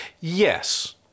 Yes